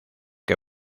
que